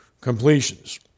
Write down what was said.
completions